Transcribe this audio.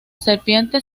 serpiente